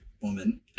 woman